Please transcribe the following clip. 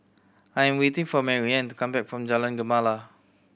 I am waiting for Marianne to come back from Jalan Gemala